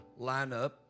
lineup